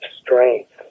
strength